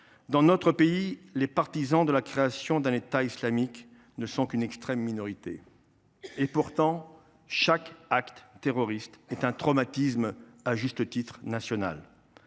Dans notre pays, les partisans de la création d’un État islamique ne sont qu’une extrême minorité, mais chaque acte terroriste est un traumatisme national,